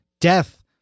death